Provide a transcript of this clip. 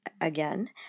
Again